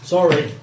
Sorry